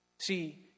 See